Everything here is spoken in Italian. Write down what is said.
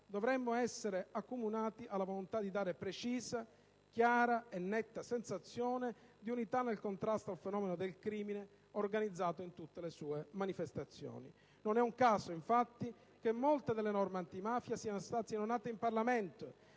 dovremmo essere accomunati dalla volontà di dare precisa, chiara e netta sensazione di unità nel contrasto al fenomeno del crimine organizzato in tutte le sue manifestazioni. Non è un caso, infatti, che molte delle norme antimafia siano nate in Parlamento,